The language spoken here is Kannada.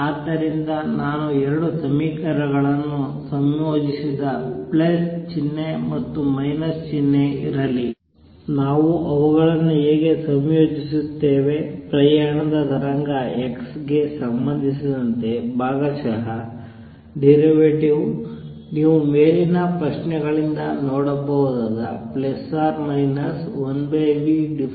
ಆದ್ದರಿಂದ ನಾನು 2 ಸಮೀಕರಣಗಳನ್ನು ಸಂಯೋಜಿಸಿದ ಪ್ಲಸ್ ಚಿಹ್ನೆ ಮತ್ತು ಮೈನಸ್ ಚಿಹ್ನೆ ಇರಲಿ ನಾವು ಅವುಗಳನ್ನು ಹೇಗೆ ಸಂಯೋಜಿಸುತ್ತೇವೆ ಪ್ರಯಾಣದ ತರಂಗ x ಗೆ ಸಂಬಂಧಿಸಿದಂತೆ ಭಾಗಶಃ ಡಿರವೇಟಿವ್ ನೀವು ಮೇಲಿನ ಪ್ರಶ್ನೆಗಳಿಂದ ನೋಡಬಹುದಾದ 1v∂f∂t